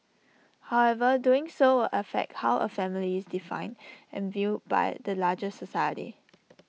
however doing so will affect how A family is defined and viewed by the larger society